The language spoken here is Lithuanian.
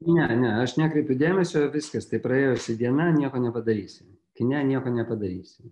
ne ne aš nekreipiu dėmesio viskas tai praėjusi diena nieko nepadarysi kine nieko nepadarysi